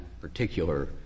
particular